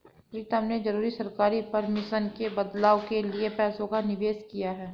प्रीतम ने जरूरी सरकारी परमिशन और बदलाव के लिए पैसों का निवेश किया